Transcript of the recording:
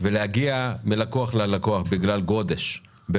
ובגלל הגודש הוא